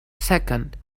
second